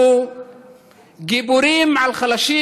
אנחנו גיבורים על חלשים.